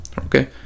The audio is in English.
okay